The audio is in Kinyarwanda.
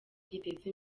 giteza